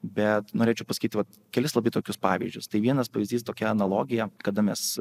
bet norėčiau pasakyti vat kelis labai tokius pavyzdžius tai vienas pavyzdys tokia analogija kada mes